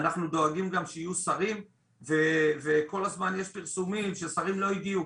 אנחנו דואגים גם שיהיו שרים וכל הזמן יש פרסומים ששרים לא הגיעו,